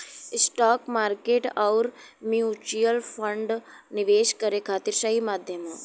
stock market आउर mutual fund निवेश करे खातिर सही माध्यम हौ